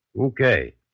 Okay